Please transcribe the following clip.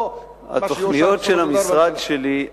בתוכניות של המשרד שלי,